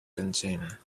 container